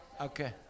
Okay